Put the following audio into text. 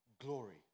glory